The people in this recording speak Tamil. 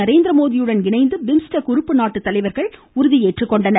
நரேந்திரமோடியுடன் இணைந்து பிம்ஸ்டெக் உறுப்பு நாட்டு தலைவர்களும் உறுதியேற்றனர்